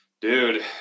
Dude